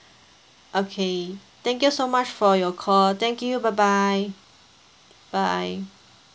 okay thank you so much for your call thank you bye bye bye